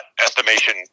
estimation